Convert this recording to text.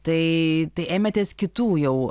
tai tai ėmėtės kitų jau